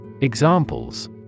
Examples